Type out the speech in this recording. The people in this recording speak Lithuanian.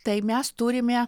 tai mes turime